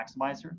Maximizer